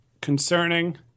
concerning